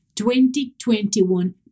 2021